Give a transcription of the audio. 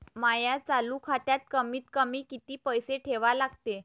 माया चालू खात्यात कमीत कमी किती पैसे ठेवा लागते?